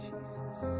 Jesus